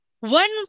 One